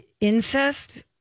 incest